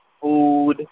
food